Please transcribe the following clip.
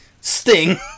Sting